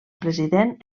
president